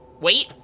Wait